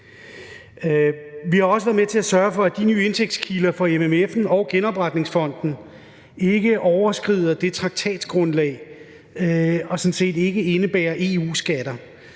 Vi har også været med til at sørge for, at de nye indtægtskilder fra MFF'en og genopretningsfonden ikke overskrider traktatgrundlaget og sådan set ikke indebærer EU-skatter,